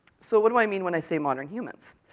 so, what do i mean when i say modern humans?